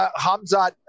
Hamzat